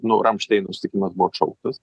nu ramšteino susitikimas buvo atšauktas